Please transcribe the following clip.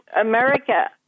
America